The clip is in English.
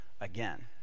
again